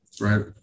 Right